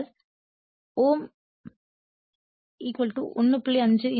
ஆகையால்∅m 1